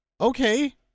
okay